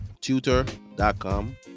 Tutor.com